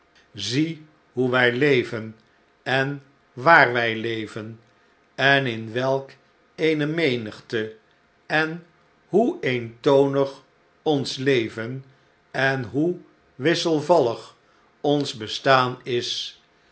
zie hoe wij leven en waar wij leven en in welk eene menigte en hoe eentonig ons leven en hoe wisselvallig ons bestaan is